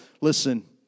Listen